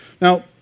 Now